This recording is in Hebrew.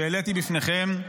שהעליתי בפניכם.